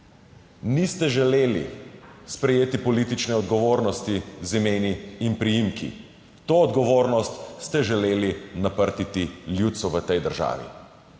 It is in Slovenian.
Niste želeli sprejeti politične odgovornosti z imeni in priimki. To odgovornost ste želeli naprtiti ljudstvu v tej državi.